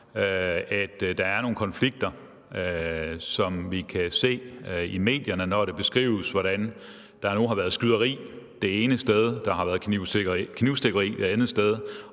at der er nogle konflikter. Vi kan se det i medierne, når det beskrives, at der har været skyderi det ene sted, der har været knivstikkeri det andet sted,